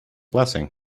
blessing